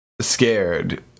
scared